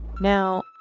Now